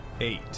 Eight